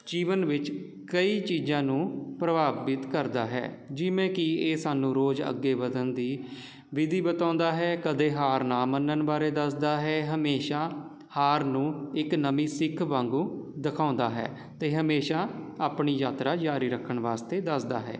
ਜੀਵਨ ਵਿੱਚ ਕਈ ਚੀਜ਼ਾਂ ਨੂੰ ਪ੍ਰਭਾਵਿਤ ਕਰਦਾ ਹੈ ਜਿਵੇਂ ਕਿ ਇਹ ਸਾਨੂੰ ਰੋਜ਼ ਅੱਗੇ ਵਧਣ ਦੀ ਵਿਧੀ ਬਤਾਉਂਦਾ ਹੈ ਕਦੇ ਹਾਰ ਨਾ ਮੰਨਣ ਬਾਰੇ ਦੱਸਦਾ ਹੈ ਹਮੇਸ਼ਾ ਹਾਰ ਨੂੰ ਇੱਕ ਨਵੀ ਸਿੱਖ ਵਾਂਗੂ ਦਿਖਾਉਂਦਾ ਹੈ ਅਤੇ ਹਮੇਸ਼ਾ ਆਪਣੀ ਯਾਤਰਾ ਜਾਰੀ ਰੱਖਣ ਵਾਸਤੇ ਦੱਸਦਾ ਹੈ